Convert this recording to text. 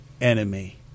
enemy